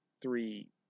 three